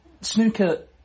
snooker